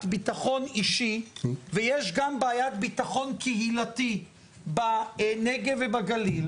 ביטחון אישי ויש גם בעיית ביטחון קהילתי בנגב ובגליל.